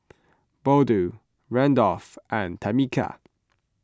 Bode Randolf and Tamika